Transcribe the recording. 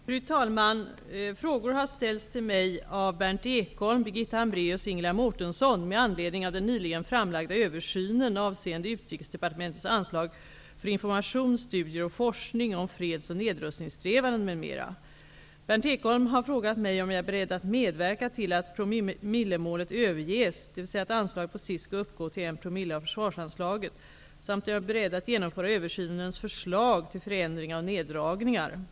Fru talman! Frågor har ställts till mig av Berndt Mårtensson med anledning av den nyligen framlagda översynen avseende utrikesdepartementets anslag för information, studier och forskning om freds och nedrustningssträvanden m.m. Berndt Ekholm har frågat om jag är beredd att medverka till att promillemålet överges, dvs. att anslaget på sikt skall uppgå till en promille av försvarsanslaget, samt om jag är beredd att genomföra översynens förslag till förändringar och neddragningar.